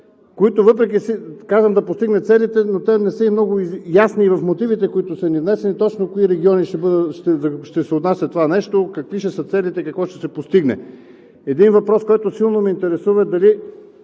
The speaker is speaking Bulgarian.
постигне целите. Казвам „да постигне целите“, но те не са много ясни и в мотивите, които са ни внесени: точно за кои региони ще се отнася това нещо, какви ще са целите и какво ще се постигне? Един въпрос, който силно ме интересува, е: дали